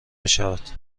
میشود